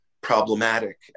problematic